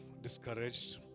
discouraged